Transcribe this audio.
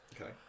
Okay